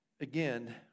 Again